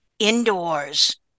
indoors